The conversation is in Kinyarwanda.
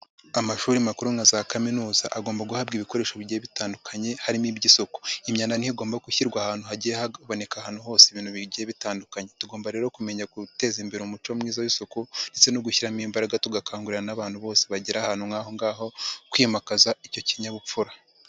Amashuri makuru na za kaminuza agomba guhabwa ibikoresho bigiye bitandukanye harimo iby'isuku. Imyanda ntigomba gushyirwa ahantu hagiye haboneka ahantu hose ibintu bigiye bitandukanye, tugomba rero kumenya guteza imbere umuco mwiza w'isuku ndetse no gushyiramo imbaraga tugakangurira n'abantu bose bagera ahantu nk'ahongaho kwimakaza icyo kinyabupfura.